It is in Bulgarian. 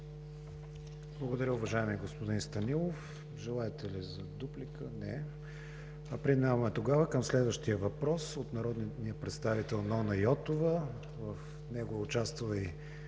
Благодаря, уважаеми господин Станилов. Желаете ли дуплика? Не. Преминаваме към следващия въпрос от народния представител Нона Йотова, в който участва и